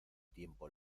tiempo